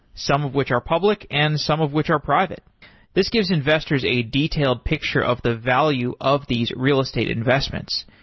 some of which are public and some of which are private this gives investors a detailed picture of the value of these real estate investments,